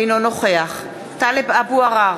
אינו נוכח טלב אבו עראר,